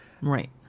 Right